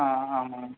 ஆ ஆமாம்